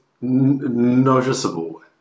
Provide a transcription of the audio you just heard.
noticeable